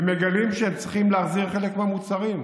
ומגלים שהם צריכים להחזיר חלק מהמוצרים.